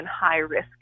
high-risk